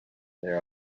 there